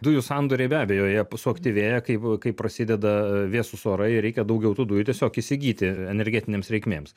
dujų sandoriai be abejo jie suaktyvėja kai kai prasideda vėsūs orai reikia daugiau tų dujų tiesiog įsigyti energetinėms reikmėms